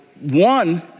one